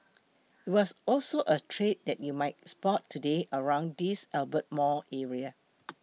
it was also a trade that you might spot today around this Albert Mall area